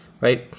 right